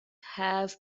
have